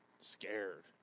scared –